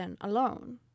alone